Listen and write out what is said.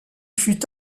fut